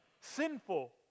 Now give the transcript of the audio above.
sinful